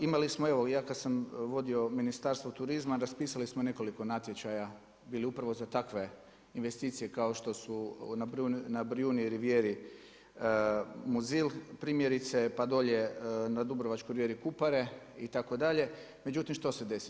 Imali smo evo, ja kad sam vodio Ministarstvo turizma, raspisali smo nekoliko natječaja upravo za takve investicije kao što su na Brijuni rivijeri Muzil, primjerice, pa dolje na Dubrovačkoj rivijeri Kupare itd., međutim što se desi?